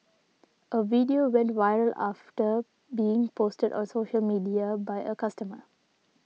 a video went viral after being posted on social media by a customer